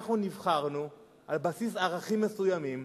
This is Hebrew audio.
אנחנו נבחרנו על בסיס ערכים מסוימים,